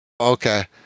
okay